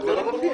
אבל זה לא מופיע.